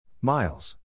Miles